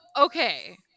okay